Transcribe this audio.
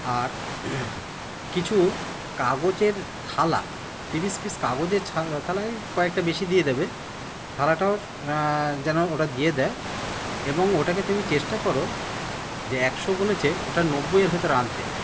আর কিছু কাগজের থালা তিরিশ পিস কাগজের থালায় কয়েকটা বেশি দিয়ে দেবে থালাটাও যেন ওরা দিয়ে দেয় এবং ওটাকে তুমি চেষ্টা করো যে একশো বলেছে ওটা নব্বইয়ের ভিতর আনতে